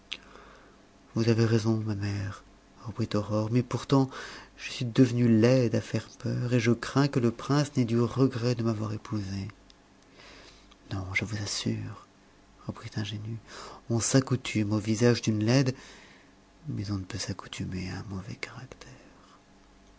vous avez raison ma mère reprit aurore mais pourtant je suis devenue laide à faire peur et je crains que le prince n'ait du regret de m'avoir épousée non je vous assure reprit ingénu on s'accoutume au visage d'une laide mais on ne peut s'accoutumer à un mauvais caractère